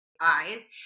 eyes